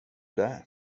där